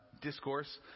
discourse